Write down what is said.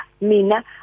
Mina